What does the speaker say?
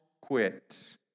quit